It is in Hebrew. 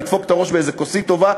נדפוק את הראש באיזה כוסית טובה,